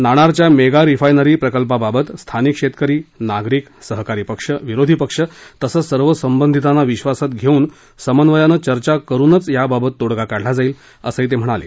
नाणारच्या mega refinery प्रकल्पाबाबत स्थानिक शेतकरी नागरीक सहकारी पक्ष विरोधी पक्ष तसंच सर्व संबंधितांना विश्वासात घेऊन समन्वयानं चर्चा करूनच याबाबत तोडगा काढला जाईल असंही ते म्हणाले